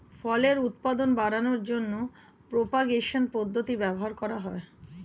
ফলের উৎপাদন বাড়ানোর জন্য প্রোপাগেশন পদ্ধতি ব্যবহার করা হয়